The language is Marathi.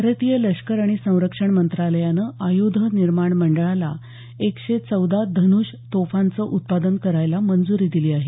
भारतीय लष्कर आणि संरक्षण मंत्रालयानं आयुधं निर्माण मंडळाला एकशे चौदा धन्ष तोफांचं उत्पादन करायला मंज्री दिली आहे